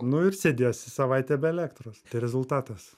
nu ir sėdėsi savaitę be elektros tai rezultatas